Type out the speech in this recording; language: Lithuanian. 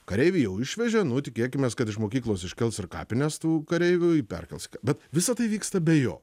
kareivį jau išvežė nu tikėkimės kad iš mokyklos iškels ir kapines tų kareivių i perkels bet visa tai vyksta be jo